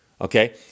Okay